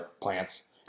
Plants